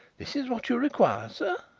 this is what you require, sir?